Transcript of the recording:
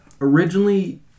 originally